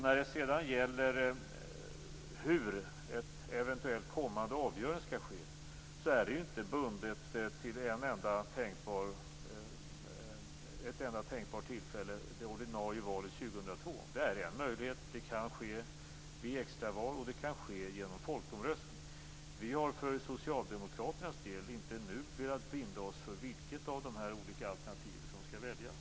Hur ett eventuellt kommande avgörande skall ske är inte bundet till ett enda tänkbart tillfälle, det ordinarie valet 2002. Det är en möjlighet, men det kan ske vid extra val och genom folkomröstning. Vi har för socialdemokraternas del inte nu velat binda oss för vilket av dessa olika alternativ som skall väljas.